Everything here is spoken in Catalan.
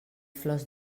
flors